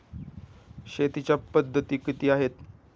शेतीच्या पद्धती किती आहेत?